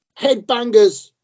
Headbangers